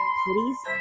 please